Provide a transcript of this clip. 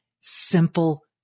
simple